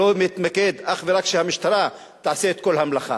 שלא מתמקדת אך ורק בזה שהמשטרה תעשה את כל המלאכה.